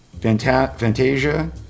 Fantasia